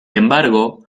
embargo